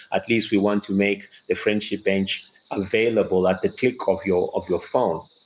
at least we want to make the friendship bench available at the click of your of your phone.